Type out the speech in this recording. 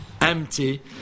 empty